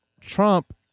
Trump